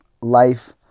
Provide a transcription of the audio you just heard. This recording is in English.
life